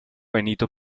benito